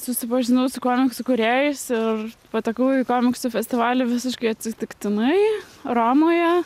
susipažinau su komiksų kūrėjais ir patekau į komiksų festivalį visiškai atsitiktinai romoje